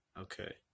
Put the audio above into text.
Okay